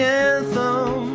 anthem